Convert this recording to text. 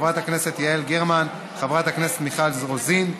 חברת הכנסת יעל גרמן וחברת הכנסת מיכל רוזין,